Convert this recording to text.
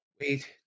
wait